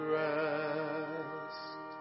rest